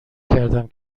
کردم